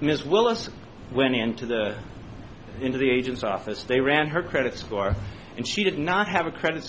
ms willis went into the into the agent's office they ran her credit score and she did not have a credit